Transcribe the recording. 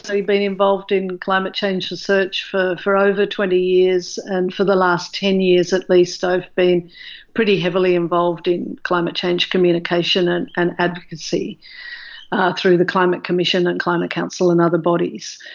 been involved in climate change research for for over twenty years. and for the last ten years, at least, i've been pretty heavily involved in climate change communication and and advocacy through the climate commission and climate council and other bodies.